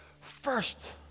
first